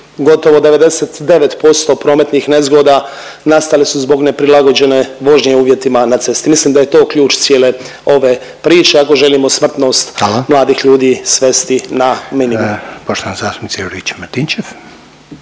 gotovo 99% prometnih nezgoda nastale su zbog neprilagođene vožnje uvjetima na cesti, mislim da je to ključ cijele ove priče ako želimo smrtnost …/Upadica Reiner: